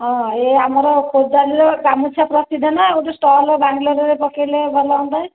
ହଁ ଏଇ ଆମର ଖୋର୍ଦ୍ଧା ଜିଲ୍ଲା ର ଗାମୁଛା ପ୍ରସିଦ୍ଧ ନା ଗୋଟେ ଷ୍ଟଲ ବାଙ୍ଗଲୋର ରେ ପକେଇଲେ ଭଲ ହୁଅନ୍ତା